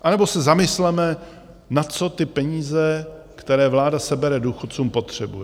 Anebo se zamysleme, na co ty peníze, které vláda sebere důchodcům, potřebuje.